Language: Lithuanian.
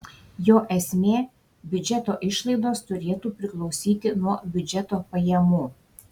jo esmė biudžeto išlaidos turėtų priklausyti nuo biudžeto pajamų